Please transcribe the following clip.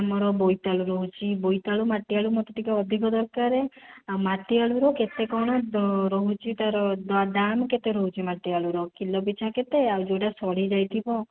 ଆମର ବୋଇତାଳୁ ରହୁଛି ବୋଇତାଳୁ ମାଟିଆଳୁ ମୋତେ ଟିକିଏ ଅଧିକ ଦରକାରେ ଆଉ ମାଟିଆଳୁର କେତେ କ'ଣ ରହୁଛି ତା'ର ଦାମ୍ କେତେ ରହୁଛି ମାଟିଆଳୁର କିଲୋ ପିଛା କେତେ ଆଉ ଯେଉଁଟା ସଢ଼ି ଯାଇଥିବ